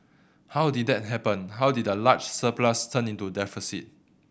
how did that happen how did a large surplus turn into deficit